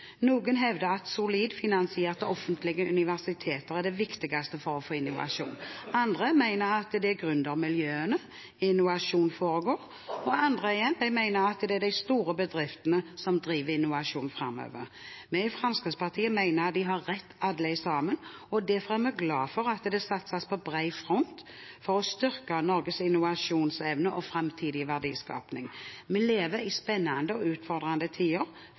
Noen hevder at solid finansierte offentlige universiteter er det viktigste for å få innovasjon. Andre mener at det er i gründermiljøene at innovasjonen foregår. Andre igjen mener det er de store bedriftene som driver innovasjonene fremover. Vi i Fremskrittspartiet mener de har rett alle sammen. Derfor er vi glade for at det satses på bred front for å styrke Norges innovasjonsevne og fremtidige verdiskaping. Vi lever i spennende og utfordrende tider.